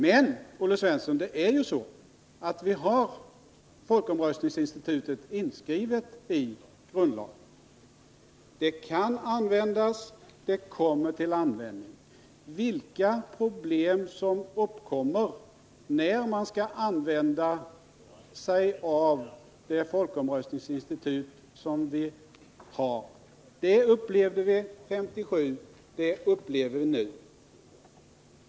Men, Olle Svensson, det är ju så att vi har folkomröstningsinstitutet inskrivet i grundlagen. Det kan användas. Det kommer till användning. Vilka problem som uppkommer när man skall använda sig av det folkomröstningsinstitut som vi har upplevde vi 1957, och det upplever vi nu.